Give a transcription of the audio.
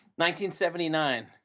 1979